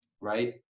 right